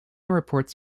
reports